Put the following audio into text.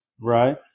Right